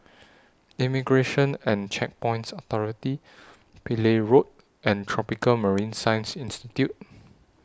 Immigration and Checkpoints Authority Pillai Road and Tropical Marine Science Institute